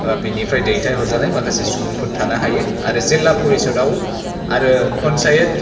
एबा बेनिफ्राय दैथाय हरजानाय माखासे सुबुंफोर थानो हायो आरो जिल्ला परिसतआव आरो पन्सायत